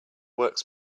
works